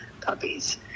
puppies